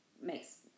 makes